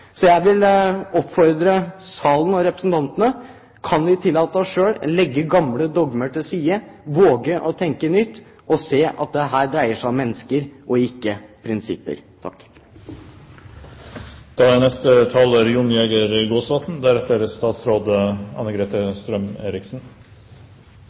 Så jeg vil oppfordre salen og representantene: Kan vi tillate oss selv å legge gamle dogmer til side, våge å tenke nytt og se at det her dreier seg om mennesker og ikke om prinsipper?